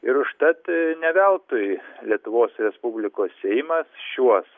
ir užtat ne veltui lietuvos respublikos seimas šiuos